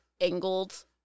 angled